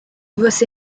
você